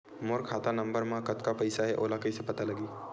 मोर खाता नंबर मा कतका पईसा हे ओला कइसे पता लगी?